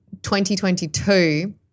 2022